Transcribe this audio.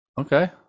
Okay